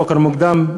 בבוקר מוקדם,